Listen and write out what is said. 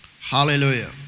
Hallelujah